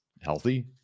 healthy